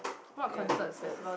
ya concerts